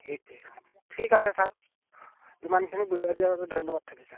সেইটোৱে ঠিক আছে ছাৰ ইমানখিনি বুজাই দিয়াৰ বাবে ধন্যবাদ থাকিল ছাৰ